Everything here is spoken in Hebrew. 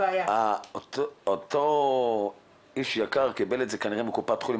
אותו איש יקר כנראה קיבל מקופת חולים.